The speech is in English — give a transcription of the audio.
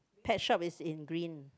pet shop is in green